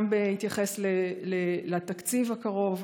גם בהתייחס לתקציב הקרוב,